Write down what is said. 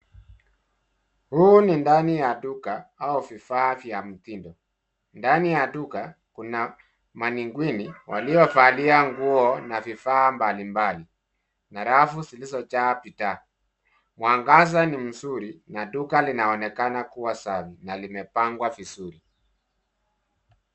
Huu ni ndani ya duka au vifaa vya mtindo. Ndani ya duka kuna manenguini waliyovalia nguo na vifaa mbalimbali na rafu zilizojaa bidhaa. Mwangaza ni mzuri na duka linaonekana kuwa safi na limepangwa vizuri.